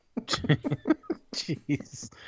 Jeez